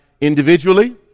individually